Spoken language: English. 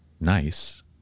nice